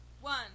One